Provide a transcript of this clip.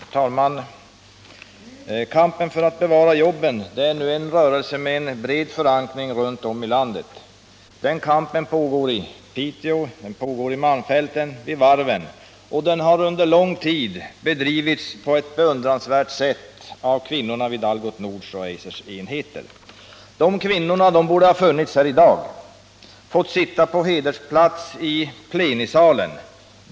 Herr talman! Kampen för att bevara jobben är nu en rörelse med bred förankring runt om i landet. Den kampen pågår i Piteå, i Malmfälten, vid varven, och den har under lång tid bedrivits på ett beundransvärt sätt av kvinnorna vid Algots Nords och Eisers enheter. De kvinnorna borde ha funnits här i dag och ha fått sitta på hedersplats i plenisalen.